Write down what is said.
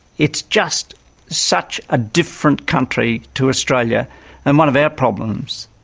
it's just such a different country to australia and one of our problems,